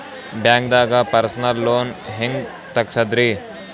ಬ್ಯಾಂಕ್ದಾಗ personal loan ಹೆಂಗ್ ತಗ್ಸದ್ರಿ?